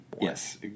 Yes